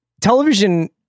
television